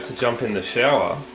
jump in the shower,